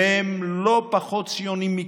והם לא פחות ציונים מכם.